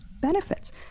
benefits